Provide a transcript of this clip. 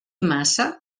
massa